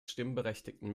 stimmberechtigten